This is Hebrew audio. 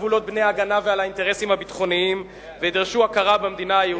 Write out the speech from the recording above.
זאת אופוזיציה אחראית.